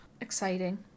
Exciting